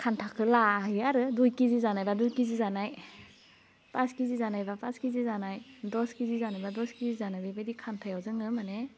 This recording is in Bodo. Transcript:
खान्थाखौ लाहैयो आरो डुइ केजि जानाय बा डुइ केजि जानाय पास केजि जानायबा पास केजि जानाय दस केजि जानायबा दस केजि जानाय बेबायदि खान्थायाव जोङो माने